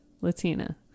Latina